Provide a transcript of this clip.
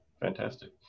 Fantastic